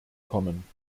kommen